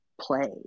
play